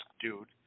dude